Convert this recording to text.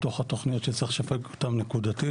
שבתוך התוכניות שצריך לשווק אותן נקודתית,